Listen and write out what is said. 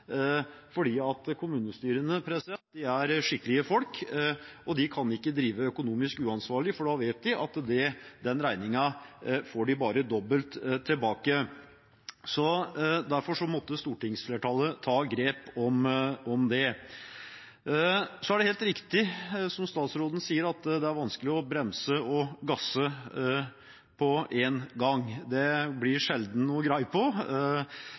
kommunestyrene består av skikkelige folk, og de kan ikke drive økonomisk uansvarlig, for da vet de at regningen får de bare dobbelt tilbake. Derfor måtte stortingsflertallet ta grep. Så er det helt riktig, som statsråden sier, at det er vanskelig å bremse og gasse på én gang. Det blir det sjelden noe greie på.